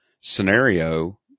scenario